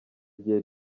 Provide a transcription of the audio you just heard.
igihe